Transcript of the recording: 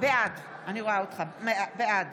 בעד אורי מקלב, בעד